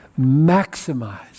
Maximize